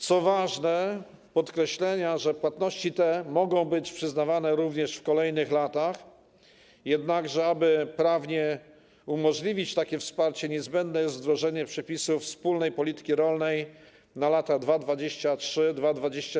Co ważne podkreślenia, płatności te mogą być przyznawane również w kolejnych latach, jednakże aby prawnie umożliwić takie wsparcie, niezbędne jest wdrożenie przepisów wspólnej polityki rolnej na lata 2023–2027.